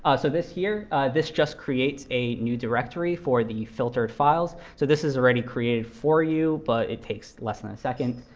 ah so this here just creates a new directory for the filtered files. so this is already created for you, but it takes less than a second.